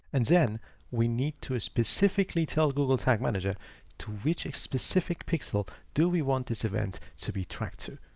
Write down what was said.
and then we need to specifically tell google tag manager to reach a specific pixel. do we want this event to be tracked to?